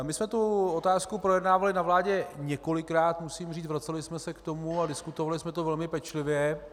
My jsme tu otázku projednávali na vládě několikrát, musím říct, vraceli jsme se k tomu a diskutovali jsme to velmi pečlivě.